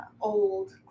old